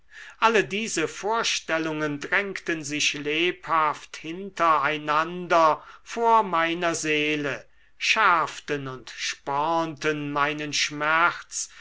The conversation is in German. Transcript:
alle diese vorstellungen drängten sich lebhaft hinter einander vor meiner seele schärften und spornten meinen schmerz